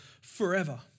forever